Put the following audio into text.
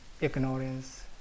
ignorance